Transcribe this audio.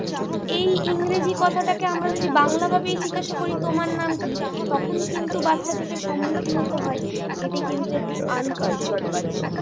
এই ইংরেজি কথাটাকে আমরা যদি বাংলা ভাবেই জিজ্ঞাসা করি তোমার নাম কী তখন কিন্তু বাচ্চাটিকে সম্মুখিন হতে হয় এটি কিন্তু একটি আনকালচার্ড বাচ্চা